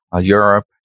Europe